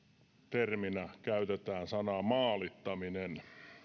terminä käytetään sanaa maalittaminen